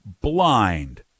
blind